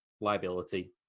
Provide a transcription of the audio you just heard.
liability